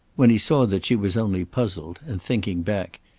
when he saw that she was only puzzled and thinking back,